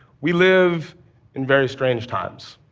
we live in very strange times.